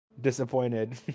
disappointed